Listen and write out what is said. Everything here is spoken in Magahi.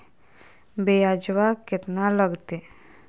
ब्यजवा केतना लगते?